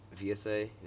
VSA